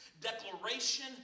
declaration